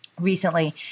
recently